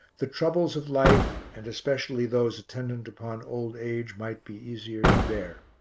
the troubles of life, and especially those attendant upon old age, might be easier to bear.